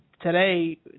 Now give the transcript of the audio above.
today